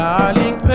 Darling